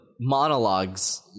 monologues